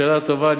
שאלה טובה.